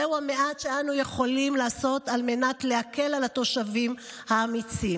זהו המעט שאנו יכולים לעשות על מנת להקל על התושבים האמיצים.